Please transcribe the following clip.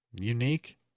unique